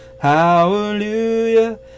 hallelujah